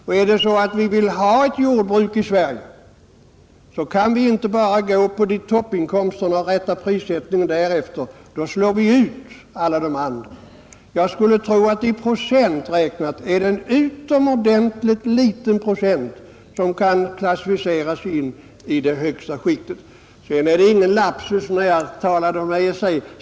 Och är det så att vi vill ha ett jordbruk i Sverige kan vi inte bara gå efter toppinkomsterna och rätta prissättningen därefter, Då slår vi ut alla andra jordbrukare, Jag skulle tro att det är en utomordentligt liten procent som kan hänföras till det högsta skiktet. Vidare var det ingen lapsus när jag talade om EEC.